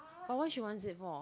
but why she wants it more